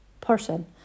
person